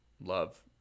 love